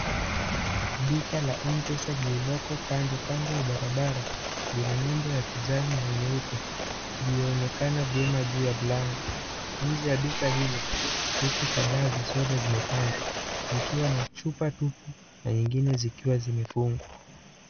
Duka la mpesa lililoko kando kando ya barabara lina nembo ya kijani na nyeupe ilioonekana vyema juu ya mlango. Njee ya duka hilo kreti kadhaa za soda zimepangwa zikiwa na chupa tupu na nyingine zikiwa zimefungwa.